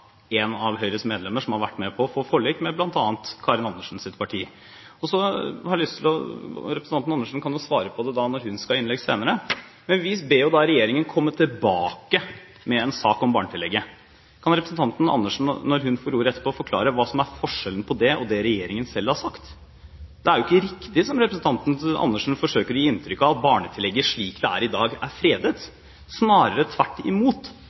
av Høyres medlemmer som har vært med på å få forlik med bl.a. Karin Andersens parti. Representanten Karin Andersen kan svare på det når hun skal ha innlegg senere. Men vi ber regjeringen komme tilbake med en sak om barnetillegget. Kan representanten Andersen, når hun får ordet etterpå, forklare hva som er forskjellen på det, og det som regjeringen selv har sagt? Det er ikke riktig, det representanten Andersen forsøker å gi inntrykk av, at barnetillegget slik det er i dag, er fredet. Snarere tvert imot